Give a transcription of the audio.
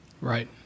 Right